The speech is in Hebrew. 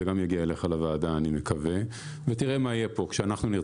אני מקווה שגם זה יגיע אליך לוועדה.